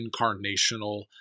incarnational